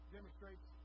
Demonstrates